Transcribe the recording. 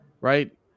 right